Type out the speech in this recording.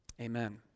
Amen